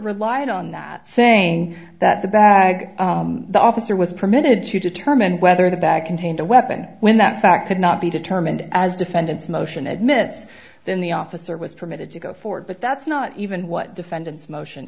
relied on that saying that the bag the officer was permitted to determine whether the back and taint a weapon when that fact could not be determined as defendant's motion admits then the officer was permitted to go forward but that's not even what defendant's motion